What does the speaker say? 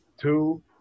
two